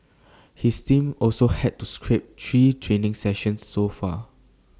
his team also had to scrap three training sessions so far